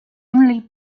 only